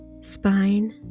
spine